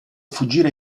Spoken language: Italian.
fuggire